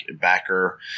backer